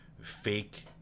fake